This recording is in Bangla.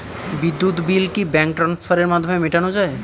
বিদ্যুৎ বিল কি ব্যাঙ্ক ট্রান্সফারের মাধ্যমে মেটানো য়ায়?